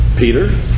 Peter